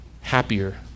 happier